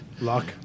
luck